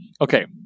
okay